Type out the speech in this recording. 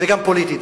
וגם פוליטית.